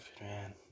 man